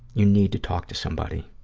you need to talk to somebody.